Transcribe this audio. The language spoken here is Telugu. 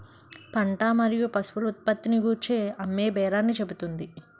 పంట మరియు పశువుల ఉత్పత్తిని గూర్చి అమ్మేబేరాన్ని చెబుతుంది